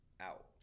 out